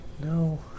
no